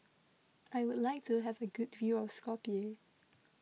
I would like to have a good view of Skopje